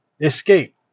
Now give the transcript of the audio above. escape